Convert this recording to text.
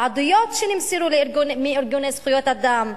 לעדויות שנמסרו מארגוני זכויות אדם,